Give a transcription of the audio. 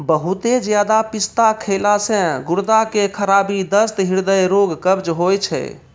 बहुते ज्यादा पिस्ता खैला से गुर्दा के खराबी, दस्त, हृदय रोग, कब्ज होय छै